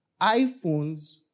iPhones